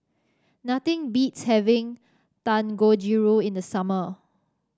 nothing beats having Dangojiru in the summer